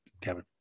Kevin